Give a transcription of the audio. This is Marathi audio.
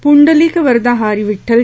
पुंडलिक वरदा हरी विठ्ठल